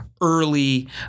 early